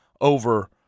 over